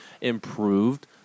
improved